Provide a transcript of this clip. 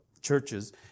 churches